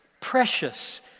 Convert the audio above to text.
precious